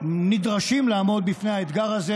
נדרשים לעמוד בפני האתגר הזה.